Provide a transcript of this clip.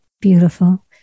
Beautiful